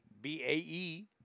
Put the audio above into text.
B-A-E